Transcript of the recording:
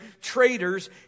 traitors